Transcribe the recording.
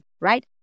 right